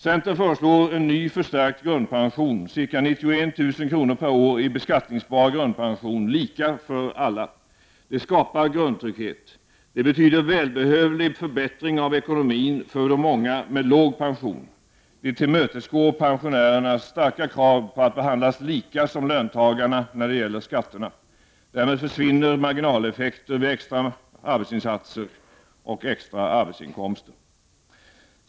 Centern föreslår en ny förstärkt grundpension, ca 91 000 kr. per år i beskattningsbar grundpension, lika för alla. Det skapar grundtrygghet. Det betyder välbehövlig förbättring av ekonomin för de många med låg pension. Det tillmötesgår pensionärernas starka krav på att behandlas på samma sätt som löntagarna när det gäller skatterna. Därmed försvinner marginaleffekterna vid extra arbetsinsatser och extra arbetsinkomster.